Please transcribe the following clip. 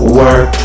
work